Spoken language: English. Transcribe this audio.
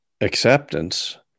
acceptance